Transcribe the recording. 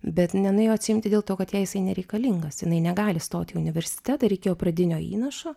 bet nenuėjo atsiimti dėl to kad jai jisai nereikalingas jinai negali stoti į universitetą reikėjo pradinio įnašo